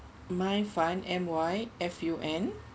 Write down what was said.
myfun M Y F U N